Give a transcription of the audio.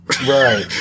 Right